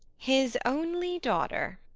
his only daughter.